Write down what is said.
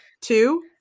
two